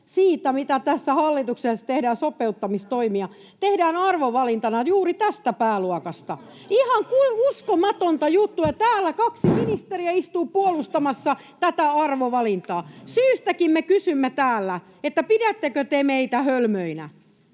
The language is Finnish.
siitä, mitä tässä hallituksessa tehdään sopeuttamistoimia, tehdään arvovalintana juuri tästä pääluokasta. Ihan uskomatonta juttua, ja täällä kaksi ministeriä istuu puolustamassa tätä arvovalintaa. Syystäkin me kysymme täällä, pidättekö te meitä hölmöinä.